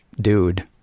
Dude